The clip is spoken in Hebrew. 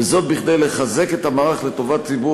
וזאת כדי לחזק את המערך לטובת ציבור